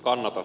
alko